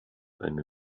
eine